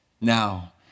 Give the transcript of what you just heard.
now